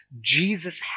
Jesus